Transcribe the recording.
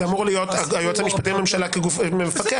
זה אמור להיות היועץ המשפטי לממשלה כגוף מפקח,